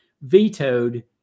vetoed